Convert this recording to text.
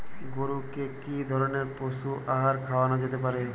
গরু কে কি ধরনের পশু আহার খাওয়ানো যেতে পারে?